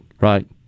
right